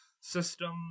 System